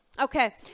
Okay